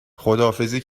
خداحافظی